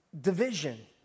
division